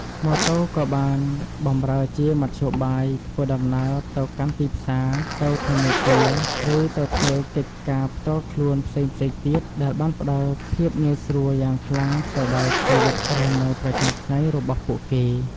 ម៉ូតូក៏បានបម្រើជាមធ្យោបាយធ្វើដំណើរទៅកាន់ទីផ្សារ ទៅធនាគារ ឬទៅធ្វើកិច្ចការផ្ទាល់ខ្លួនផ្សេងៗទៀតដែលបានផ្តល់ភាពងាយស្រួលយ៉ាងខ្លាំងទៅដល់ជីវិតរស់នៅប្រចាំថ្ងៃរបស់ពួកគេ។